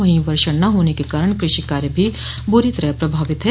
वहीं वर्षा न होने के कारण कृषि कार्य भी बुरी तरह प्रभावित है